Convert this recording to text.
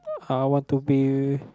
I want to be